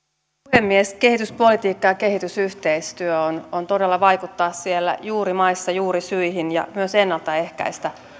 puhemies kehityspolitiikka ja kehitysyhteistyö todella voi vaikuttaa siellä juurimaissa juurisyihin ja myös ennalta ehkäistä